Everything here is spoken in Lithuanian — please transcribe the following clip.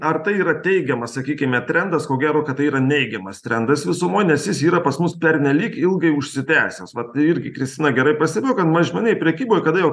ar tai yra teigiamas sakykime trendas ko gero kad tai yra neigiamas trendas visumoj nes jis yra pas mus pernelyg ilgai užsitęsęs vat irgi kristina gerai pastebėjo kad mažmeninėj prekyboj kada jau